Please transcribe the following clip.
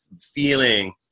feeling